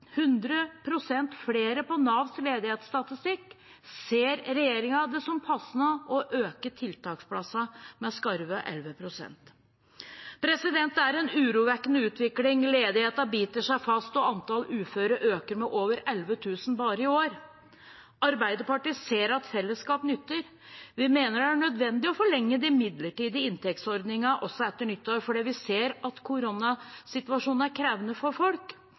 flere på Navs ledighetsstatistikk, ser regjeringen det som passende å øke tiltaksplassene med skarve 11 pst. Det er en urovekkende utvikling. Ledigheten biter seg fast, og antallet uføre øker med over 11 000 bare i år. Arbeiderpartiet ser at fellesskap nytter. Vi mener det er nødvendig å forlenge de midlertidige inntektsordningene også etter nyttår fordi vi ser at koronasituasjonen er krevende for folk.